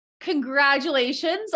Congratulations